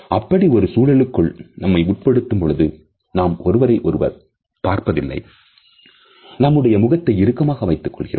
அப்படி ஒரு சூழலுக்குள் நம்மைக் உட்படுத்தும் பொழுது நாம் ஒருவரை ஒருவர் பார்ப்பதில்லை நம்முடைய முகத்தை இறுக்கமாக வைத்துக் கொள்கிறோம்